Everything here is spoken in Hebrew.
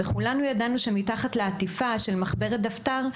כולנו ידענו שמתחת לעטיפה של מחברת דפתר,